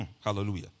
Hallelujah